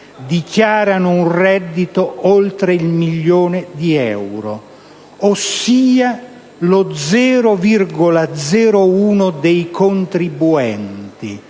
dichiarano un reddito oltre il milione di euro, ossia lo 0,01 per cento dei